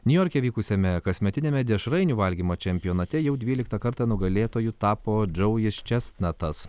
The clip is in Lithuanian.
niujorke vykusiame kasmetiniame dešrainių valgymo čempionate jau dvyliktą kartą nugalėtoju tapo džoujis česnatas